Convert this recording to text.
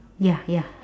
ya ya